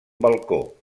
balcó